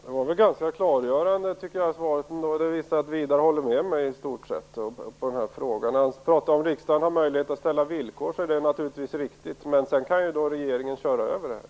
Herr talman! Det var ett ganska klargörande svar. Det visar att Widar Andersson i stort sett håller med mig i den här frågan. Han pratade om att riksdagen har möjlighet att ställa villkor, och det är naturligtvis riktigt. Men sedan kan ju regeringen köra över dem.